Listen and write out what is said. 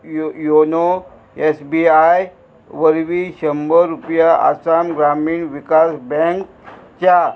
यो योनो S B I वरवीं शंबर रुपया आसाम ग्रामीण विकास बँक च्या